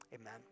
Amen